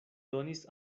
donis